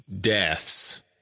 deaths